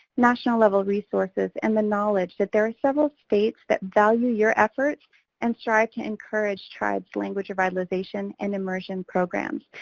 national level resources, and the knowledge that there are several states that value your efforts and strive to encourage tribes language revitalization and immersion programs.